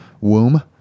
womb